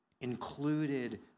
included